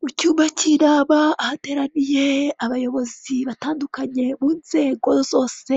Mucyumba cy'inama ahateraniye abayobozi batandukanye b'inzego zose